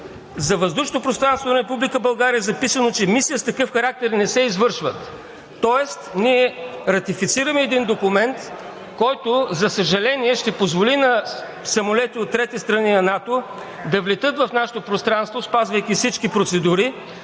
и е записано, че мисии с такъв характер не се извършват. Тоест ние ратифицираме един документ, който, за съжаление, ще позволи на самолети от трети страни и на НАТО да влетят в нашето пространство, спазвайки всички процедури,